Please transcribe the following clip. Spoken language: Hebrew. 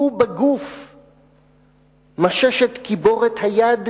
הוא בגוף!/ משש את קיבורת היד,